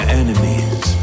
enemies